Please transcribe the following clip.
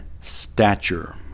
stature